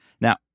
Now